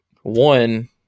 One